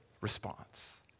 response